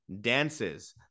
dances